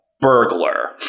Burglar